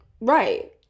right